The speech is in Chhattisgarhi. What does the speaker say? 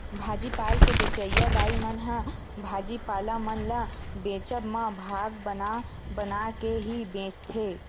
भाजी पाल के बेंचइया दाई मन ह भाजी पाला मन ल बेंचब म भाग बना बना के ही बेंचथे